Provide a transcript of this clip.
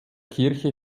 kirche